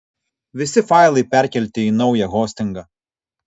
visi failai perkelti į naują hostingą